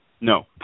No